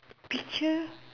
picture